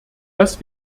dass